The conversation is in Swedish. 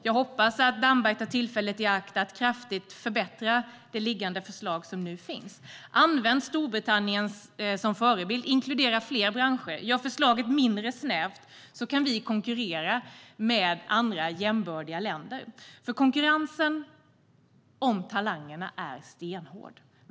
Jag hoppas att Damberg tar tillfället i akt att kraftigt förbättra det liggande förslag som nu finns. Använd Storbritannien som förebild, inkludera fler branscher och gör förslaget mindre snävt så kan vi konkurrera med andra jämbördiga länder. Konkurrensen om talangerna är stenhård.